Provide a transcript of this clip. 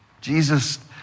Jesus